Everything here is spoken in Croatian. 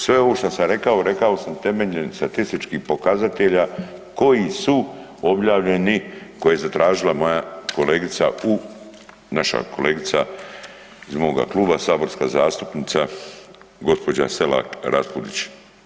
Sve ovo šta sam rekao, rekao sam temeljem statističkih pokazatelja koji su objavljeni koje je zatražila moja kolegice u, naša kolegica iz moga kluba saborska zastupnica gospođa Selak Raspudić.